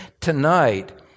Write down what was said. tonight